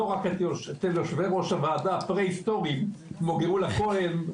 לא רק אצל יושבי ראש הוועדה הפרה היסטוריים כמו גאולה כהן,